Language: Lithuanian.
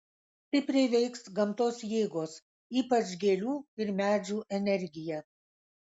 stipriai veiks gamtos jėgos ypač gėlių ir medžių energija